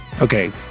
Okay